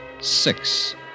Six